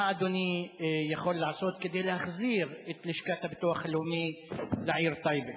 מה אדוני יכול לעשות כדי להחזיר את לשכת הביטוח הלאומי לעיר טייבה?